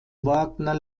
wagner